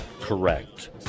correct